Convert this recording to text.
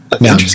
Now